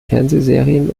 fernsehserien